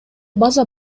база